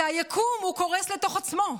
זה היקום, הוא קורס לתוך עצמו.